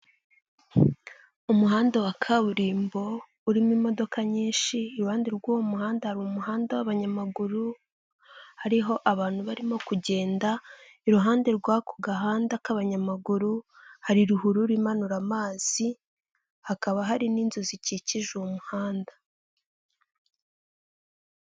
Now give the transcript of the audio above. Umuhanda wa kaburimbo urimo imodoka nyinshi iruhande rw'uwo muhanda hari umuhanda w'abanyamaguru hariho abantu barimo kugenda, iruhande rw'ako gahanda k'abanyamaguru hari ruhurura imanura amazi hakaba hari n'inzu zikikije uwo muhanda.